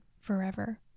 forever